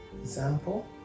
Example